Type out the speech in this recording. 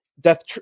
death